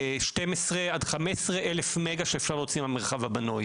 שתיים עשרה עד חמש עשרה אלף מגה שאפשר להוציא מהמרחב הבנוי.